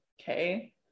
okay